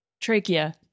Trachea